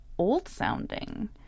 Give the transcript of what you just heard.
old-sounding